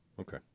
Okay